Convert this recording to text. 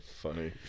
funny